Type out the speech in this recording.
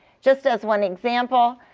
just as one example,